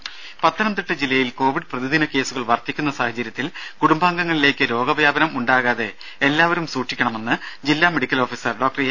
ദേദ പത്തനംതിട്ട ജില്ലയിൽ കോവിഡ് പ്രതിദിന കേസുകൾ വർദ്ധിക്കുന്ന സാഹചര്യത്തിൽ കുടുംബാംഗങ്ങളിലേക്ക് രോഗവ്യാപനം ഉണ്ടാകാതെ എല്ലാവരും സൂക്ഷിക്കണമെന്ന് ജില്ലാ മെഡിക്കൽ ഓഫീസർ ഡോക്ടർ എ